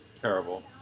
terrible